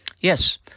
Yes